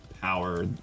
power